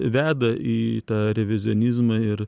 veda į tą revizionizmą ir